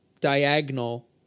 diagonal